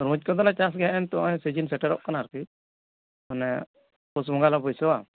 ᱛᱩᱨᱢᱩᱡᱽ ᱠᱚᱫᱚ ᱞᱮ ᱪᱟᱥ ᱜᱮᱭᱟ ᱱᱮᱜ ᱮ ᱱᱤᱛᱚᱜ ᱥᱤᱡᱤᱱ ᱥᱮᱴᱮᱨᱚᱜ ᱠᱟᱱᱟ ᱢᱟᱱᱮ ᱯᱩᱥ ᱵᱚᱸᱜᱟ ᱜᱮ ᱵᱟᱹᱭᱥᱟᱹᱣᱼᱟ